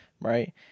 right